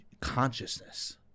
consciousness